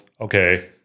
okay